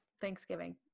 thanksgiving